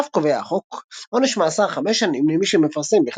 בנוסף קובע החוק עונש מאסר חמש שנים למי ש"מפרסם,